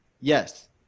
yes